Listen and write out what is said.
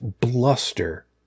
bluster